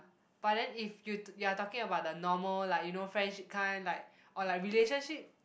but then if you t~ you are talking about the normal like you know friendship kind like or like relationship